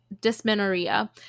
dysmenorrhea